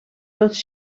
tots